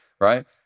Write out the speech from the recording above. right